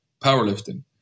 powerlifting